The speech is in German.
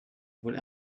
wohl